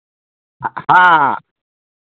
हाँ